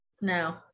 No